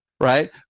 right